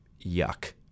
yuck